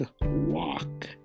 walk